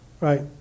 right